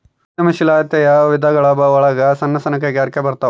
ಉದ್ಯಮ ಶೀಲಾತೆಯ ವಿಧಗಳು ಒಳಗ ಸಣ್ಣ ಸಣ್ಣ ಕೈಗಾರಿಕೆ ಬರತಾವ